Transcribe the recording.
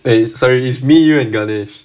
eh sorry it's me you and ganesh